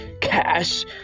cash